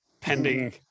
pending